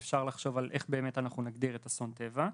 ואפשר אולי להגדיר מהו אסון טבע,